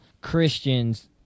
Christians